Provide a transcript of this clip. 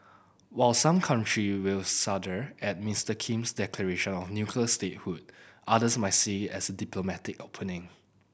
while some country will shudder at Mister Kim's declaration of nuclear statehood others might see as diplomatic opening